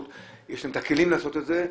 יש להם את הכלים לעשות את זה,